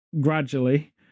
gradually